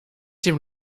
dem